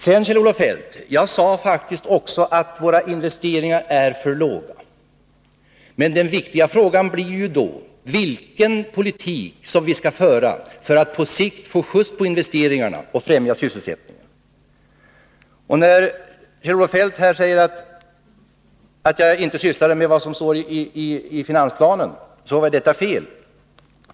Jag sade faktiskt också, Kjell-Olof Feldt, att våra investeringar är för låga. Den viktiga frågan blir då: Vilken politik skall vi föra för att på sikt få skjuts på investeringarna och främja sysselsättningen? När Kjell-Olof Feldt säger att jag inte tog upp det som står i finansplanen, är det fel.